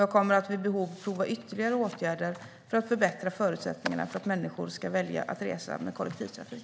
Jag kommer att vid behov prova ytterligare åtgärder för att förbättra förutsättningarna för att människor ska välja att resa med kollektivtrafik.